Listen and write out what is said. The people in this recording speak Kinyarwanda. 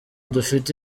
dufite